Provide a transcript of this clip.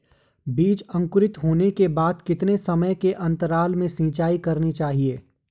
बीज अंकुरित होने के बाद कितने समय के अंतराल में सिंचाई करनी चाहिए?